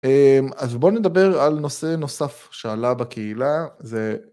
אז בואו נדבר על נושא נוסף שעלה בקהילה, זה...